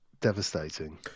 devastating